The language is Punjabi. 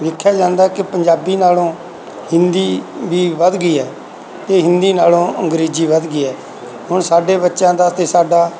ਦੇਖਿਆ ਜਾਂਦਾ ਕਿ ਪੰਜਾਬੀ ਨਾਲੋਂ ਹਿੰਦੀ ਵੀ ਵੱਧ ਗਈ ਹੈ ਅਤੇ ਹਿੰਦੀ ਨਾਲੋਂ ਅੰਗਰੇਜ਼ੀ ਵੱਧ ਗਈ ਹੈ ਹੁਣ ਸਾਡੇ ਬੱਚਿਆਂ ਦਾ ਅਤੇ ਸਾਡਾ